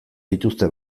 dituzte